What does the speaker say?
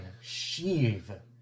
Shiva